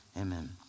Amen